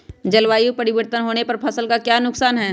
जलवायु परिवर्तन होने पर फसल का क्या नुकसान है?